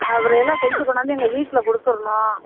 அப்புறம் எல்லாம் செஞ்சு கொண்டாந்து எங்கள் வீட்டில் கொடுத்தரணும்